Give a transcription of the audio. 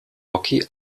rocky